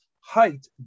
height